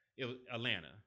Atlanta